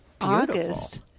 August